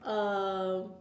um